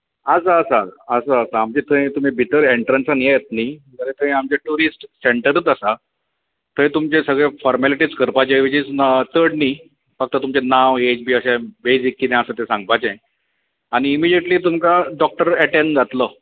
आसा आसा आसा आसा आमच्या थंय तुमी भितर एण्ट्रंसान येत न्हय जाल्यार थंय आमचें टुरिस्ट सँटरूच आसा थंय तुमचे सगळे फॉर्मेलिटीज करपाचे वीच ईज नॉ चड न्हय फक्त तुमचें नांव एज बी अशें बेजीक कितें आसा तें सागपाचें आनी इमिजेटली तुमकां डॉक्टर एटॅण जातलो